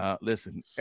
Listen